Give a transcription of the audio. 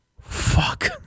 fuck